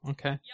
Okay